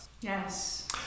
Yes